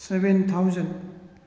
seven thousand